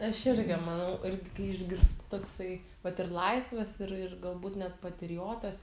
aš irgi manau ir kai išgirstu toksai vat ir laisvas ir ir galbūt net patriotas